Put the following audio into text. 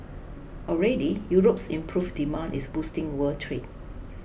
already Europe's improved demand is boosting world trade